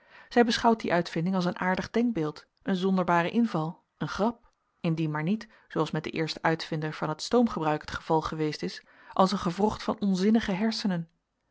zij beschouwt die uitvinding als een aardig denkbeeld een zonderbaren inval een grap indien maar niet zooals met den eersten uitvinder van het stoomgebruik het geval geweest is als een gewrocht van onzinnige hersenen